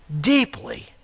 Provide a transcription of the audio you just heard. deeply